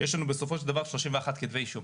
יש לנו בסופו של דבר 31 כתבי אישום.